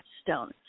stone